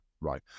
right